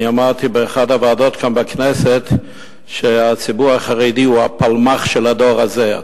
אני אמרתי באחת הוועדות בכנסת שהציבור החרדי הוא הפלמ"ח של הדור הזה.